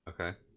Okay